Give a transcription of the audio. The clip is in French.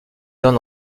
temps